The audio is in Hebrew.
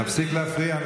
להפסיק להפריע.